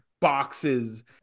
boxes